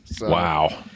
Wow